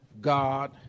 God